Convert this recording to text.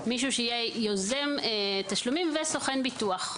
מישהו שיהיה יוזם תשלומים וסוכן ביטוח.